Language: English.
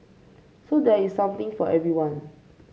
so there is something for everyone